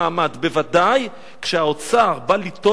בוודאי כשהאוצר בא ליטול מהם,